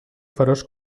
feroç